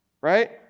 right